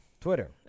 Twitter